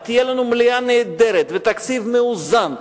ותהיה לנו מליאה נהדרת ותקציב מאוזן,